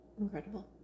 incredible